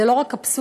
זה לא רק אבסורד,